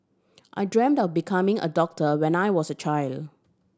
I dreamt of becoming a doctor when I was a child